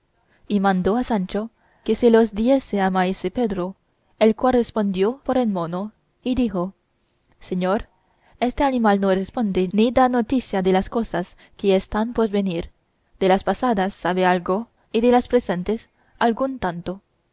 y mandó a sancho que se los diese a maese pedro el cual respondió por el mono y dijo señor este animal no responde ni da noticia de las cosas que están por venir de las pasadas sabe algo y de las presentes algún tanto